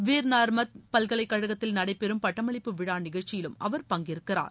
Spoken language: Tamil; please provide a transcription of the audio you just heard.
வீர் நர்மாத் பல்கலைக்கழகத்தில் நடைபெறும் பட்டமளிப்பு விழா நிகழ்ச்சியிலும் அவர் பங்கேற்கிறார்